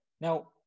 Now